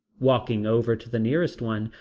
walking over to the nearest one,